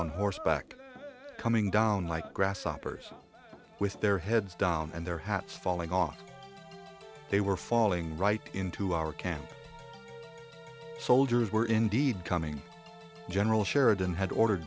on horseback coming down like grasshoppers with their heads down and their hats falling off they were falling right into our camp soldiers were indeed coming general sheridan had ordered